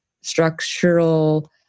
structural